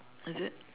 is it